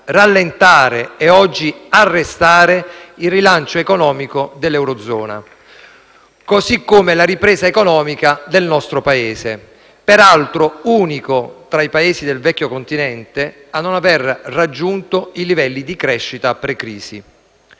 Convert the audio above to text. rallentare e oggi arrestare il rilancio economico dell'eurozona, così come la ripresa economica del nostro Paese, peraltro unico, tra i Paesi del Vecchio continente, a non aver raggiunto i livelli di crescita precrisi.